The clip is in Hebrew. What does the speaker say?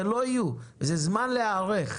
זה זמן להיערך,